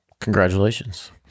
Congratulations